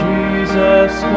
Jesus